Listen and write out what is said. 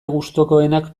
gustukoenak